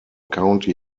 county